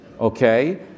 okay